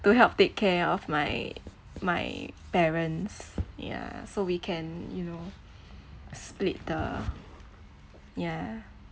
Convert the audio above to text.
to help take care of my my parents ya so we can you know split the ya